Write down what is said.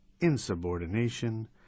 insubordination